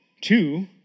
Two